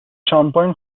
شانپاین